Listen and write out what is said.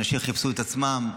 אנשים חיפשו את עצמם,